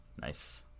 nice